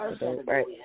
Right